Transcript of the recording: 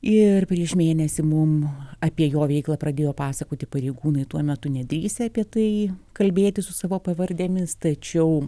ir prieš mėnesį mum apie jo veiklą pradėjo pasakoti pareigūnai tuo metu nedrįsę apie tai kalbėti su savo pavardėmis tačiau